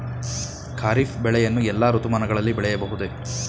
ಖಾರಿಫ್ ಬೆಳೆಯನ್ನು ಎಲ್ಲಾ ಋತುಮಾನಗಳಲ್ಲಿ ಬೆಳೆಯಬಹುದೇ?